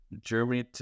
Germany